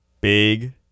Big